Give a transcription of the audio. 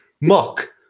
Muck